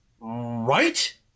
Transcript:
right